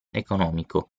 economico